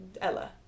Ella